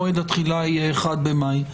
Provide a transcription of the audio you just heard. מועד התחילה יהיה 1 במאי.